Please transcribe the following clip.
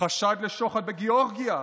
חשד לשוחד בגיאורגיה,